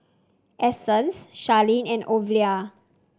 Essence Sharlene and Ovila